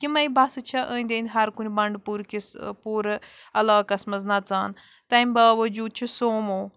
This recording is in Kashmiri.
یِمَے بَسہٕ چھےٚ أنٛدۍ أنٛدۍ ہَرٕ کُنہٕ بَنٛڈٕ پوٗرکِس پوٗرٕ علاقَس منٛز نَژان تَمہِ باوجوٗد چھِ سومو